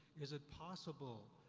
is it possible?